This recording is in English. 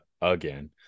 again